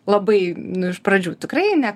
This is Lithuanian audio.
labai nu iš pradžių tikrai ne